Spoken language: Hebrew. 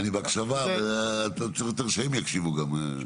אני בהקשבה, אבל צריך יותר שהם יקשיבו גם.